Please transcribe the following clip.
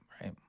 right